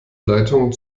leitungen